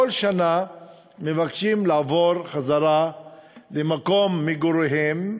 כל שנה מבקשים לעבור חזרה למקום מגוריהם,